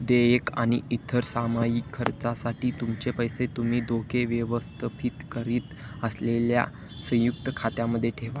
देयक आणि इतर सामयिक खर्चासाठी तुमचे पैसे तुम्ही धोके व्यवस्थापित करीत असलेल्या संयुक्त खात्यामध्ये ठेवा